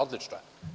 Odlično.